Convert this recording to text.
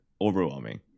overwhelming